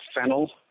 fennel